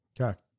Okay